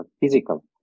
physical